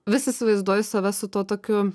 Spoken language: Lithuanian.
vis įsivaizduoju save su tuo tokiu